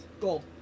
Gold